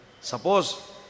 suppose